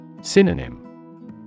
Synonym